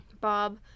Bob